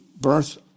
birth